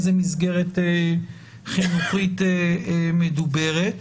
איזה מסגרת חינוכית מדוברת.